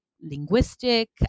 linguistic